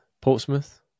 Portsmouth